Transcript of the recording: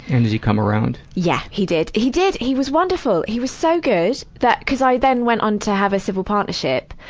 and has he come around? yeah! he did. he did he was wonderful. he was so good, that cuz i then went on to have a civil partnership.